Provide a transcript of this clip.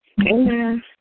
Amen